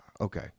okay